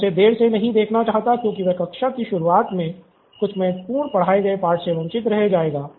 मैं उसे देर से नहीं देखना चाहता क्योंकि वह कक्षा की शुरुआत में कुछ महत्वपूर्ण पढ़ाये गए पाठ से वंचित रह जाएगा